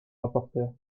rapporteur